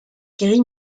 gris